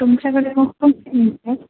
तुमच्याकडे